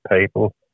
people